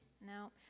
No